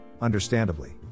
understandably